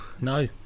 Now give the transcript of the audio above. No